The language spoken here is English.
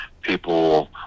people